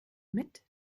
mit